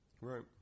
right